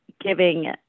giving